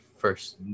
first